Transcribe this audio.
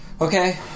Okay